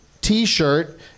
T-shirt